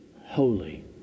holy